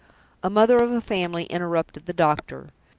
a mother of a family interrupted the doctor.